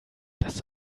das